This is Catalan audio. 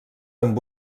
amb